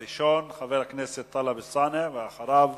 הראשון, חבר הכנסת טלב אלאסנע, המציעים מוכנים